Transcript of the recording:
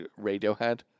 Radiohead